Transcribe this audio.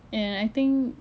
and I think